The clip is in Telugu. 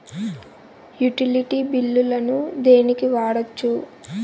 యుటిలిటీ బిల్లులను దేనికి వాడొచ్చు?